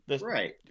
Right